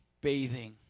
bathing